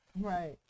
Right